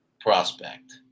prospect